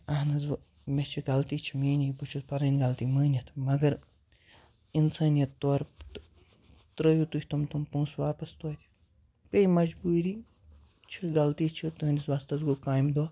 اہن حظ و مےٚ چھِ غلطی چھِ میٛٲنی بہٕ چھُس پَنٕنۍ غلطی مٲنِتھ مگر اِنسٲنیت طور تہٕ ترٛٲیِو تُہۍ تم تم پونٛسہٕ واپَس توتہِ پے مجبوٗری چھِ غلطی چھِ تُہٕنٛدِس وۄستَس گوٚو کامہِ دۄہ